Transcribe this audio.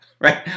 right